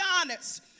honest